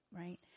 right